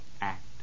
act